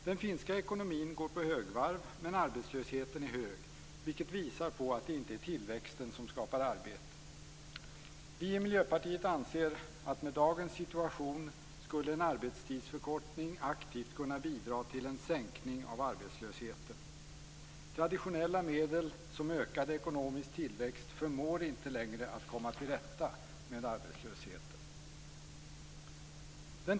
Den finska ekonomin går på högvarv, men arbetslösheten är hög, vilket visar på att det inte är tillväxten som skapar arbete. Vi i Miljöpartiet anser att en arbetstidsförkortning i dagens situation aktivt skulle kunna bidra till en sänkning av arbetslösheten. Traditionella medel som ökad ekonomisk tillväxt förmår inte längre komma till rätta med arbetslösheten.